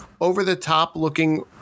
over-the-top-looking